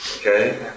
okay